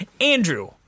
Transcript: Andrew